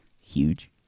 huge